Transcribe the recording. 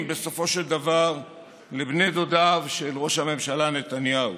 בסופו של דבר לבני דודיו של ראש הממשלה נתניהו: